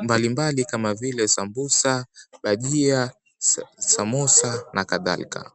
mbali mbali kama vile sambusa, bhajia, samosa na kadhalika.